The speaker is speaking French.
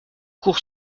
cour